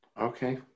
Okay